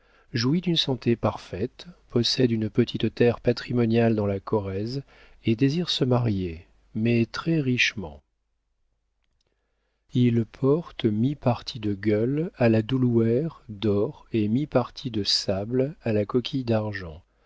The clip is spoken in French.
jouit d'une santé parfaite possède une petite terre patrimoniale dans la corrèze et désire se marier mais très richement il porte mi-parti de gueules à la dolouère d'or et mi-parti de sable à la coquille d'argent